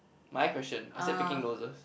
my question I said picking noses